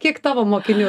kiek tavo mokinių